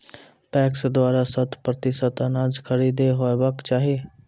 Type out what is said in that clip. PACS द्वारा शत प्रतिसत अनाज खरीद हेवाक चाही?